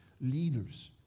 leaders